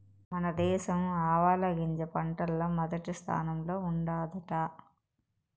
మన దేశం ఆవాలగింజ పంటల్ల మొదటి స్థానంలో ఉండాదట